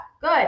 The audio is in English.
good